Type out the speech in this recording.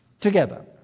together